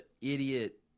idiot